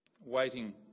Waiting